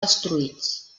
destruïts